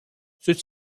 ceux